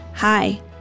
Hi